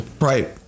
Right